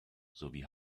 sowie